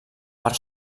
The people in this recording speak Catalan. per